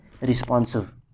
responsive